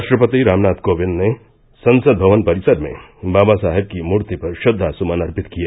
राष्ट्रपति रामनाथ कोविंद ने संसद भवन परिसर में बाबा साहेब की मूर्ति पर श्रद्वासुमन अर्पित किए